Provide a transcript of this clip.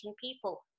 people